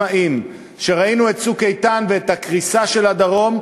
ראינו את "צוק איתן" ואת הקריסה של הדרום,